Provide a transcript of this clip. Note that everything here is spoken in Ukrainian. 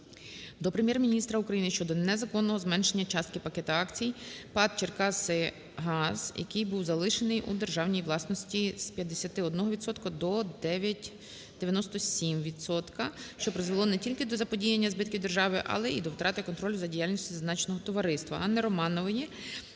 до Прем'єр-міністра України щодо незаконного зменшення частки пакета акцій ПАТ "Черкасигаз", який був залишений у державній власності з 51 відсотка до 9,97 відсотків, що призвело не тільки до заподіяння збитків державі, але і до втрати контролю за діяльністю зазначеного товариства. Анни Романової